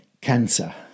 cancer